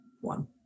one